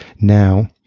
now